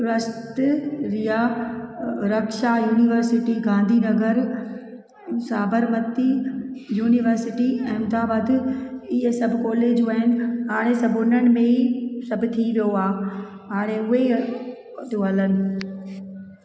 राष्ट्रीय Raksha university Gandhinagar Sabarmati university Ahmedabad इहे सभु कॉलेजूं आहिनि हाणे सभु उन्हनि में ई सभु थी वियो आहे हाणे उहेई थियो हलनि